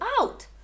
out